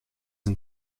een